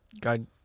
God